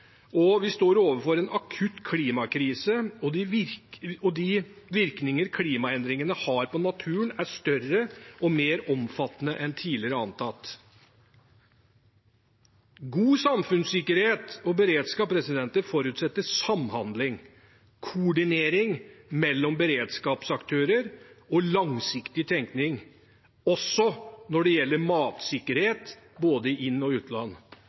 og vi står overfor en akutt klimakrise. De virkninger klimaendringene har på naturen, er større og mer omfattende enn tidligere antatt. God samfunnssikkerhet og beredskap forutsetter samhandling, koordinering, mellom beredskapsaktører og langsiktig tenkning også når det gjelder matsikkerhet i både inn- og utland.